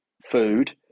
food